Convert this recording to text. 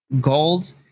gold